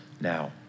now